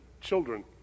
children